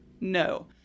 no